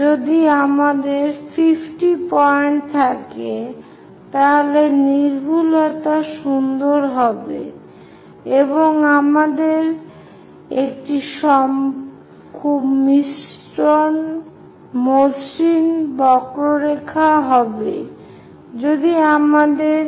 যদি আমাদের 50 পয়েন্ট থাকে তাহলে নির্ভুলতা সুন্দর হবে এবং আমাদের একটি খুব মসৃণ বক্ররেখা হবে